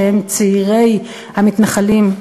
שהם צעירי המתנחלים,